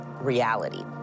reality